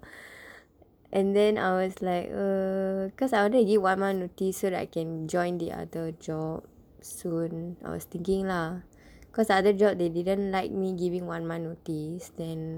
and then I was like err cause I wanted to give one month notice so that I can join the other job soon I was thinking lah cause the other job they didn't like me giving one month notice then